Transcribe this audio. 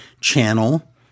channel